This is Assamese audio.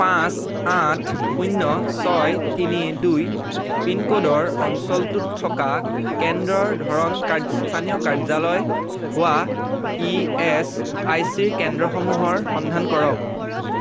পাঁচ আঠ শূন্য ছয় তিনি দুই পিনক'ডৰ অঞ্চলটোত থকা কেন্দ্ৰৰ ধৰণ কাৰয স্থানীয় কাৰ্যালয় হোৱা ই এচ আই চি কেন্দ্ৰসমূহৰ সন্ধান কৰক